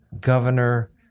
governor